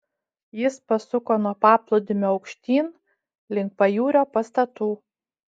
jis pasuko nuo paplūdimio aukštyn link pajūrio pastatų